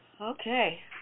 Okay